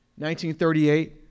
1938